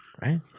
Right